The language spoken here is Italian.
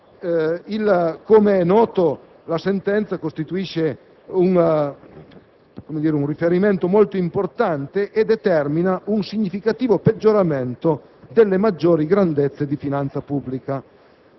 Come è noto, la sentenza costituisce un riferimento molto importante e determina un significativo peggioramento delle maggiori grandezze di finanza pubblica.